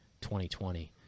2020